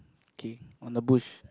okay on the bush